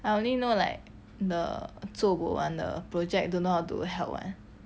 I only know like the zuo bo [one] the project don't know how to help [one]